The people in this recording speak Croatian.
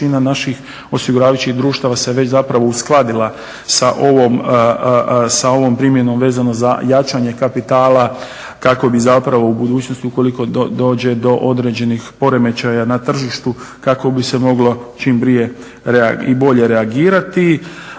naših osiguravajući društava se već zapravo uskladila sa ovom primjenom vezanom za jačanje kapitala kako bi zapravo u budućnosti ukoliko dođe do određenih poremećaja na tržištu kako bi se moglo čim prije i bolje reagirati.